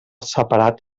separat